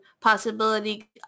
possibility